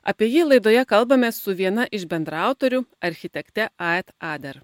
apie jį laidoje kalbamės su viena iš bendraautorių architekte aid ader